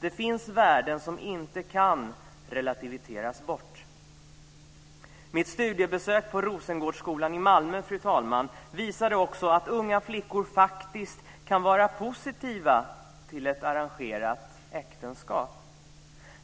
Det finns värden som inte kan relativiseras bort. Mitt studiebesök på Rosengårdsskolan i Malmö, fru talman, visade också att unga flickor faktiskt kan vara positiva till ett arrangerat äktenskap.